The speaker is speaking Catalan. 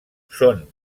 són